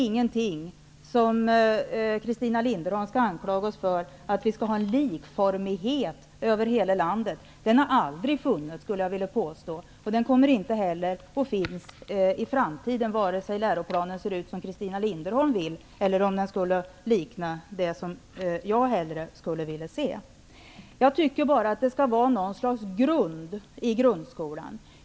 Christina Linderholm skall inte anklaga oss för att vi skulle ha likformighet över hela landet. En sådan likformighet har aldrig funnits och den kommer inte heller att finnas i framtiden, oavsett om läroplanen kommer att se ut som Christina Linderholm vill eller som jag vill. Jag tycker bara att det skall finnas något slags grund i grundskolan.